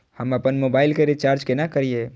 हम आपन मोबाइल के रिचार्ज केना करिए?